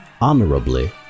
honorably